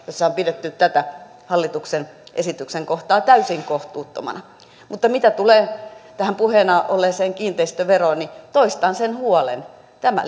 jossa on pidetty tätä hallituksen esityksen kohtaa täysin kohtuuttomana mutta mitä tulee tähän puheena olleeseen kiinteistöveroon niin toistan sen huolen tämä